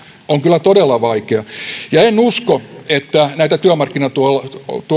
on kyllä todella vaikea en usko että näitä työmarkkinatuella